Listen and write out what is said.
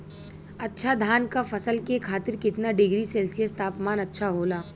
अच्छा धान क फसल के खातीर कितना डिग्री सेल्सीयस तापमान अच्छा होला?